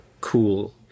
cool